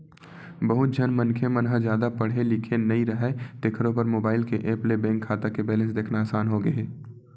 बहुत झन मनखे मन ह जादा पड़हे लिखे नइ राहय तेखरो बर मोबईल के ऐप ले बेंक खाता के बेलेंस देखना असान होगे हे